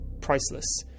priceless